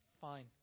fine